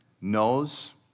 knows